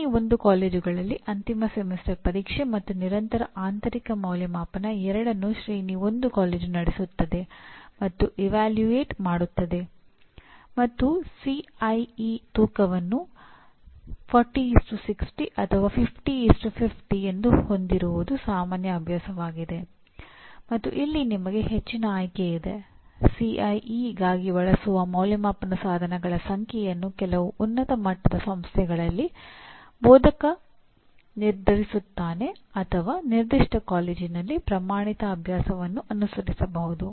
ಶ್ರೇಣಿ 1 ಕಾಲೇಜುಗಳಲ್ಲಿ ಅಂತಿಮ ಸೆಮಿಸ್ಟರ್ ಪರೀಕ್ಷೆ ಮತ್ತು ನಿರಂತರ ಆಂತರಿಕ ಮೌಲ್ಯಅಂಕಣ ಎರಡನ್ನೂ ಶ್ರೇಣಿ 1 ಕಾಲೇಜು ನಡೆಸುತ್ತದೆ ಮತ್ತು ಇವ್ಯಾಲ್ಯೂಯೇಟ್ ಬಳಸುವ ಅಂದಾಜುವಿಕೆ ಸಾಧನಗಳ ಸಂಖ್ಯೆಯನ್ನು ಕೆಲವು ಉನ್ನತ ಮಟ್ಟದ ಸಂಸ್ಥೆಗಳಲ್ಲಿ ಬೋಧಕ ನಿರ್ಧರಿಸುತ್ತಾನೆ ಅಥವಾ ನಿರ್ದಿಷ್ಟ ಕಾಲೇಜಿನಲ್ಲಿ ಪ್ರಮಾಣಿತ ಅಭ್ಯಾಸವನ್ನು ಅನುಸರಿಸಬಹುದು